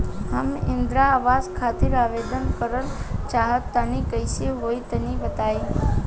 हम इंद्रा आवास खातिर आवेदन करल चाह तनि कइसे होई तनि बताई?